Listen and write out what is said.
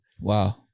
wow